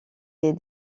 est